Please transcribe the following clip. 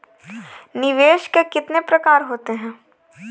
निवेश के कितने प्रकार होते हैं?